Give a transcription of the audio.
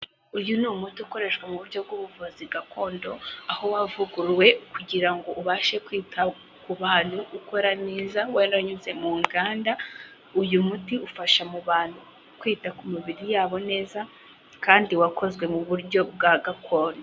Uyu ni umuti ukoreshwa mu buryo bw'ubuvuzi gakondo, aho wavuguruwe kugira ngo ubashe kwita ku bantu ukora neza waranyuze mu nganda, uyu muti ufasha mu kwita ku mibiri yabo neza kandi wakozwe mu buryo bwa gakondo.